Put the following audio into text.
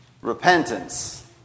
repentance